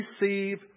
receive